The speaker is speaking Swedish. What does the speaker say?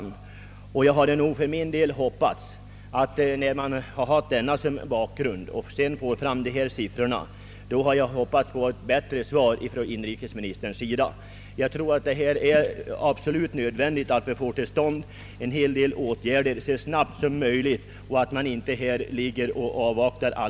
När nu statsministern och inrikesministern hade gjort denna resa och sedan fått dessa siffror hade jag för min del hoppats på ett bättre svar på min fråga. Det är nödvändigt att få till stånd en del åtgärder mycket snabbt.